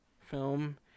film